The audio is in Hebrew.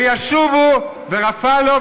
וישובו ורפא לו,